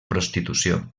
prostitució